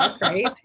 right